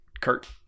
Kurt